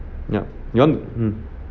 yep you want to mm